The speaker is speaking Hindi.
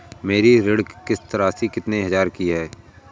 मेरी ऋण किश्त राशि कितनी हजार की है?